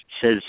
Says